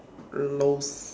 lols